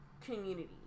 community